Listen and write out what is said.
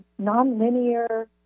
nonlinear